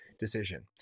decision